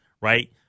Right